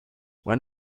when